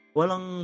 walang